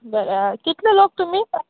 बरें कितले लोक तुमी